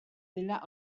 dela